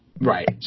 Right